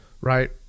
Right